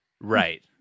Right